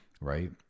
Right